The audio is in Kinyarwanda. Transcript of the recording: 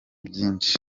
byinshi